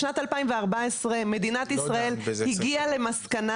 בשנת 2014 מדינת ישראל הגיעה למסקנה